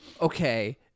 okay